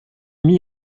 mis